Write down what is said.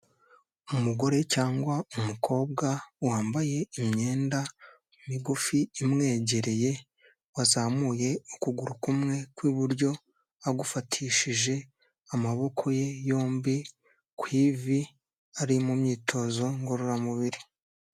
Umugore cyangwa umukobwa wambaye imyenda migufi imwegereye wazamuye ukuguru kumwe ku iburyo, agufatishije amaboko ye yombi ku ivi, ari mu myitozo ngororamubiri.